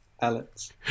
Alex